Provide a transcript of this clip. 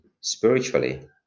spiritually